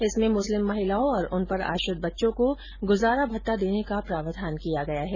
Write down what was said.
इसमें मुस्लिम महिलाओं और उन पर आश्रित बच्चों को गुजारा भत्ता देने का प्रावधान किया गया है